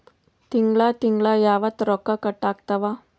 ತಿಂಗಳ ತಿಂಗ್ಳ ಯಾವತ್ತ ರೊಕ್ಕ ಕಟ್ ಆಗ್ತಾವ?